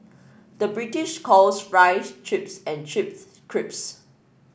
the British calls fries chips and chips crisps